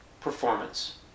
performance